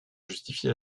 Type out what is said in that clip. justifier